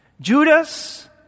Judas